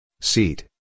Seat